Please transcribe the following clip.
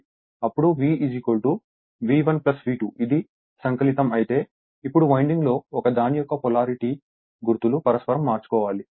అప్పుడు V V1 V 2 ఇది సంకలితం అయితే ఇప్పుడు వైండింగ్ లో ఒకదాని యొక్క పొలారిటీ గుర్తులు పరస్పరం మార్చుకోవాలి